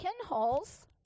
pinholes